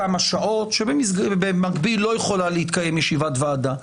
כמה שעות, שבמקביל לא יכולה להתקיים ישיבת ועדה.